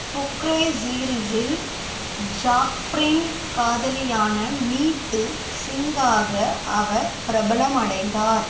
ஃபுக்ரே சீரிஸில் ஜாக்ஃப்ரின் காதலியான நீத்து சிங்காக அவர் பிரபலமடைந்தார்